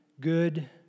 good